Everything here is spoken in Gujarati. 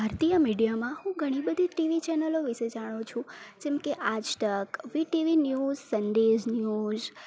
ભારતીય મિડિયામાં હું ઘણી બધી ટીવી ચેનલો વિશે જાણું છું જેમ કે Aaj Tak VTV news Sandesh news